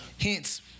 hence